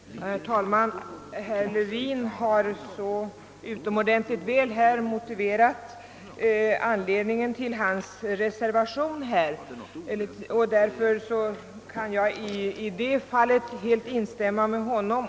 Herr talman! Herr Levin har utomordentligt väl redovisat skälen för sin reservation, och jag kan helt instämma med honom.